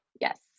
Yes